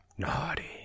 Naughty